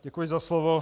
Děkuji za slovo.